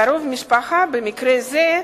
"קרוב משפחה" במקרה זה,